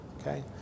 okay